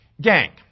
gang